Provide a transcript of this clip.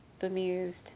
bemused